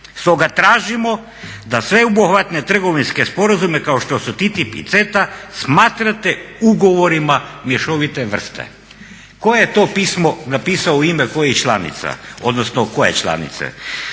Stoga tražimo da sveobuhvatne trgovinske sporazume kao što su TTIP i CETA smatrate ugovorima mješovite vrste." Tko je to pismo napisao u ime kojih članica,